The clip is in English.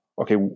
okay